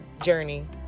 journey